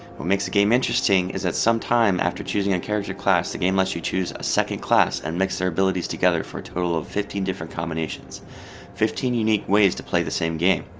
what makes the game interesting is that sometime after choosing a character class, the game lets you choose a second class and mix their abilities together for a total of fifteen different combinations fifteen unique ways to play the same game.